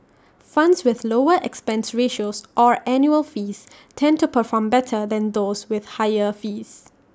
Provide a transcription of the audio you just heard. funds with lower expense ratios or annual fees tend to perform better than those with higher fees